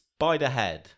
Spiderhead